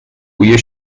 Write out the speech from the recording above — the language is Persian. بوی